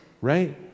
right